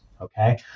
okay